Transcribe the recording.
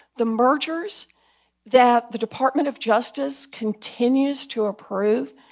the mergers that the department of justice continues to approve,